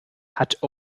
hat